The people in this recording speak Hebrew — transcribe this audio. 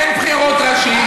אין בחירות ראשי.